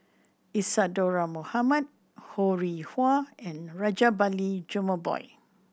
Isadhora Mohamed Ho Rih Hwa and Rajabali Jumabhoy